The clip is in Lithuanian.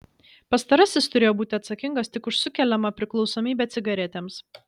pastarasis turėjo būti atsakingas tik už sukeliamą priklausomybę cigaretėms